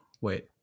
wait